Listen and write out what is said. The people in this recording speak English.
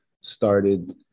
started